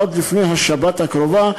עוד לפני השבת הקרובה,